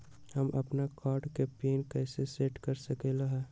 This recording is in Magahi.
हम अपन कार्ड के पिन कैसे सेट कर सकली ह?